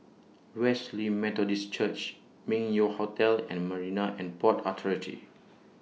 Wesley Methodist Church Meng Yew Hotel and Marine and Port Authority